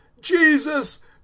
Jesus